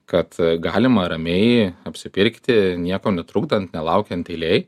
kad galima ramiai apsipirkti nieko netrukdant nelaukiant eilėj